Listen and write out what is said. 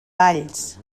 valls